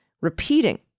repeating